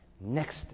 next